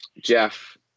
jeff